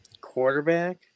quarterback